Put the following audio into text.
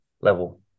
level